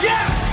Yes